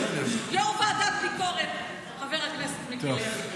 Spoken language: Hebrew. יו"ר ועדת הביקורת חבר הכנסת מיקי לוי.